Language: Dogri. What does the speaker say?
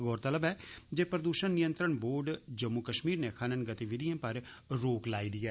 गौरतलब ऐ जे प्रदूषण नियंत्रण बोर्ड जम्मू कश्मीर नै खनन गतिविधियें पर रोक लाई दी ऐ